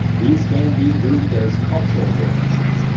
these can be grouped as cultural differences,